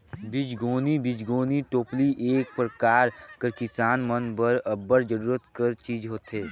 बीजगोनी बीजगोनी टोपली एक परकार कर किसान मन बर अब्बड़ जरूरत कर चीज होथे